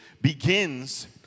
begins